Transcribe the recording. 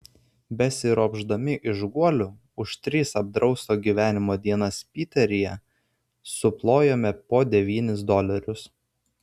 besiropšdami iš guolių už tris apdrausto gyvenimo dienas piteryje suplojome po devynis dolerius